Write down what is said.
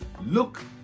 look